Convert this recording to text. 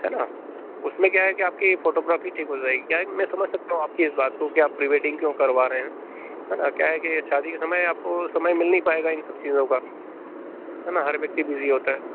है ना उसमें क्या है कि आपकी फोटोग्राफी ठीक हो जाएगी क्या है कि मैं समझ सकता हूँ आपकी इस बात को कि आप प्रीवेडिंग क्यों करवा रहें हैं है ना क्या है कि शादी के समय आपको समय मिल नहीं पाएगा इन सब चीज़ों का है ना हर व्यक्ति बिजी होता है